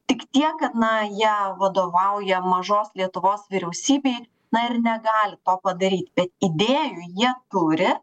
tik tiek kad na jie vadovauja mažos lietuvos vyriausybei na ir negali to padaryti bet idėjų jie turi